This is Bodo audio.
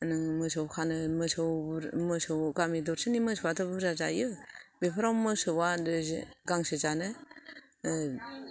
नों मोसौ खानो मोसौ गामि दरसेनि मोसौआथ' बुरजा जायो बेफोराव मोसौआ गांसो जानो